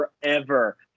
forever